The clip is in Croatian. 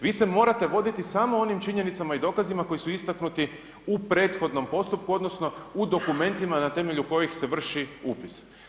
Vi se morate voditi samo onim činjenicama i dokazima koji su istaknuti u prethodnom postupku odnosno u dokumentima na temelju kojih se vrši upis.